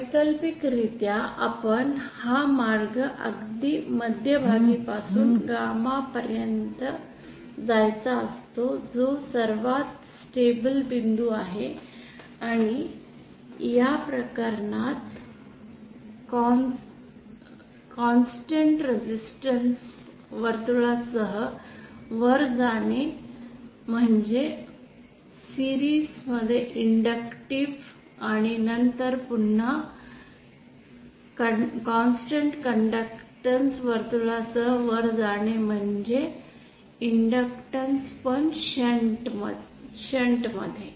वैकल्पिकरित्या आपण हा मार्ग अगदी मध्यभागी पासून गामा पर्यंत जायचा असतो जो सर्वात स्टॅबिल बिंदू आहे आणि या प्रकरणात कॉन्स्टन्ट रेसिस्टन्स वर्तुळासह वर जाणे म्हणजे मालिकेतील इंद्दक्टिव्ह आणि नंतर पुन्हा कॉन्स्टन्ट कंडक्टन्स वर्तुळासह वर जाणे म्हणजे इंडक्टन्स पण शंट तील